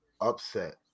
upset